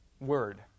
word